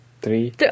Three